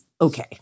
okay